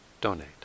donate